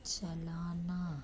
चलाना